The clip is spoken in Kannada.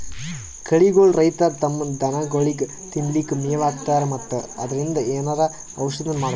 ಕಳಿಗೋಳ್ ರೈತರ್ ತಮ್ಮ್ ದನಗೋಳಿಗ್ ತಿನ್ಲಿಕ್ಕ್ ಮೆವ್ ಹಾಕ್ತರ್ ಮತ್ತ್ ಅದ್ರಿನ್ದ್ ಏನರೆ ಔಷದ್ನು ಮಾಡ್ಬಹುದ್